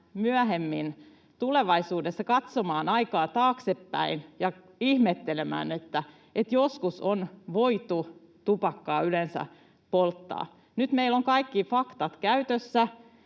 myöhemmin tulevaisuudessa katsomaan aikaa taaksepäin ja ihmettelemään, että joskus on voitu tupakkaa yleensä polttaa. Nyt meillä ovat käytössä